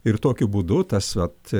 ir tokiu būdu tas vat